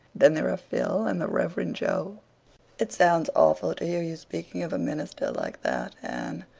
then there are phil and the reverend jo it sounds awful to hear you speaking of a minister like that, anne,